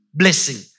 blessing